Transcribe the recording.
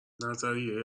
نظریه